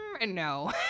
No